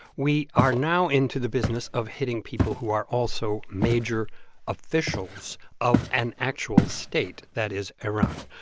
we are now into the business of hitting people who are also major officials of an actual state that is, iran.